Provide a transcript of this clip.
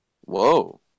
Whoa